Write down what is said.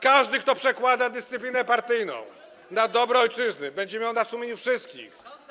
Każdy, kto przedkłada dyscyplinę partyjną nad dobro ojczyzny, będzie miał na sumieniu wszystkich.